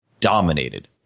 dominated